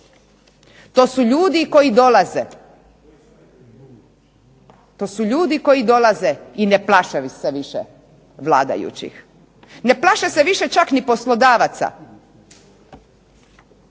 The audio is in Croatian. To su ljudi koji dolaze i ne plaše se više vladajućih. Ne plaše se više čak ni poslodavaca.